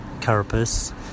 carapace